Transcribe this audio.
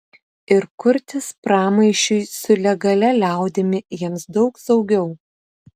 ir kurtis pramaišiui su legalia liaudimi jiems daug saugiau